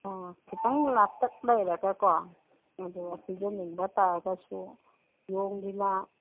ꯑꯥ ꯈꯤꯇꯪ ꯂꯥꯞꯇꯛ ꯂꯩꯔꯒꯀꯣ ꯑꯗꯨ ꯄꯤꯖꯅꯤꯡꯕ ꯇꯥꯔꯒꯁꯨ ꯌꯣꯡꯒꯤꯅ